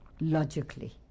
logically